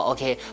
Okay